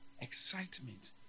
excitement